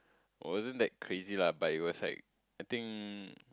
wasn't that crazy lah but it was like I think